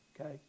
Okay